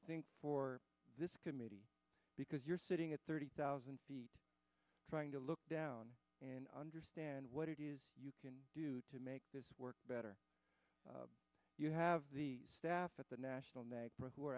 think for this committee because you're sitting at thirty thousand feet trying to look down and understand what it is you can do to make this work better you have the staff at the national negra who are